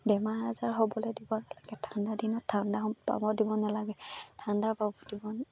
বেমাৰ আজাৰ হ'বলৈ দিব নালাগে ঠাণ্ডাদিনত ঠাণ্ডা পাব দিব নালাগে ঠাণ্ডা পাব দিব